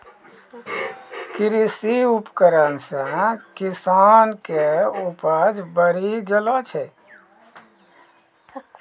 कृषि उपकरण से किसान के उपज बड़ी गेलो छै